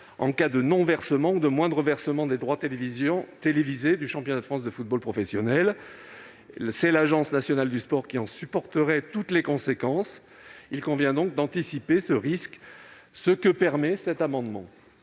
En cas de non-versement ou de moindre versement des droits télévisés du championnat de France de football professionnel, c'est l'Agence nationale du sport qui en supportera toutes les conséquences. Il convient donc d'anticiper ce risque. Pour ce qui concerne tous les amendements